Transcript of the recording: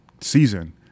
season